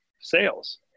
sales